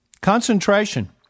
Concentration